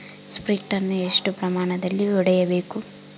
Sprint ಅನ್ನು ಎಷ್ಟು ಪ್ರಮಾಣದಲ್ಲಿ ಹೊಡೆಯಬೇಕು?